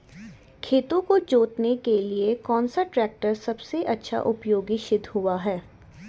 खेतों को जोतने के लिए कौन सा टैक्टर सबसे अच्छा उपयोगी सिद्ध हुआ है?